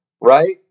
Right